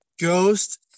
Ghost